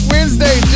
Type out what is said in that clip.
Wednesday